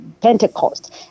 Pentecost